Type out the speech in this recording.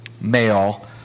male